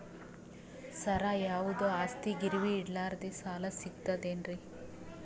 ಸರ, ಯಾವುದು ಆಸ್ತಿ ಗಿರವಿ ಇಡಲಾರದೆ ಸಾಲಾ ಸಿಗ್ತದೇನ್ರಿ?